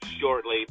shortly